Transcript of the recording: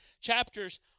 chapters